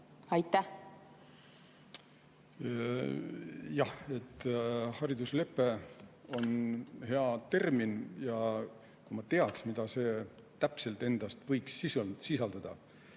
Aitäh! Jah, hariduslepe on hea termin. Kui ma teaks, mida see täpselt võiks sisaldada,